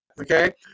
okay